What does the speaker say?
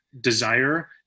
desire